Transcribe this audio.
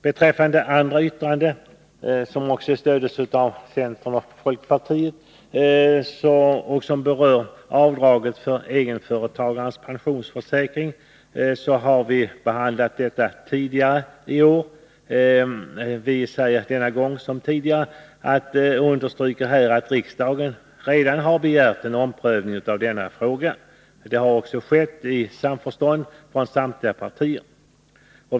Beträffande det andra yttrandet, som stöds också av moderaterna och folkpartiet och som berör avdrag för egenföretagarnas pensionsförsäkring, så har riksdagen behandlat denna fråga tidigare i år. Vi understryker nu som då att riksdagen redan begärt en omprövning av denna fråga. Det har skett i samförstånd mellan samtliga partier.